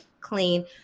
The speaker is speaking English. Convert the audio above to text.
clean